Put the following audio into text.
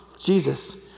Jesus